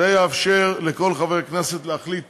זה יאפשר לכל חבר כנסת להחליט